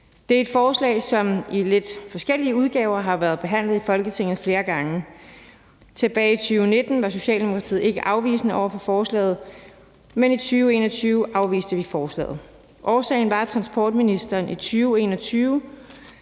Det er et forslag, som i lidt forskellige udgaver har været behandlet i Folketinget flere gange. Tilbage i 2019 var Socialdemokratiet ikke afvisende over for forslaget, men i 2021 afviste vi forslaget. Årsagen var, at transportministeren i 2021